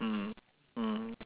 mm mm